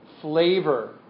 flavor